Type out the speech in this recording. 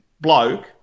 bloke